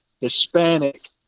Hispanic